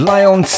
Lion